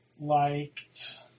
liked